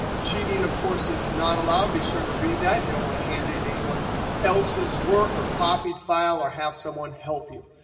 cheating, of course, is not allowed. be sure to read that. you don't want to hand in anyone else's work or copied file or have someone help you.